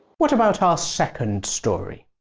what about our second story?